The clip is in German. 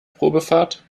probefahrt